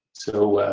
so,